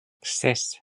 ses